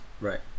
Right